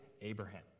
Abraham